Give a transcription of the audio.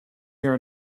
here